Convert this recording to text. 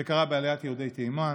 זה קרה בעליית יהודי תימן